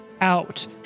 out